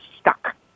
stuck